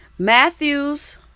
Matthew's